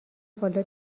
بالا